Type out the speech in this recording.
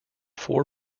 four